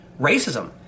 racism